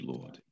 Lord